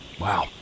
Wow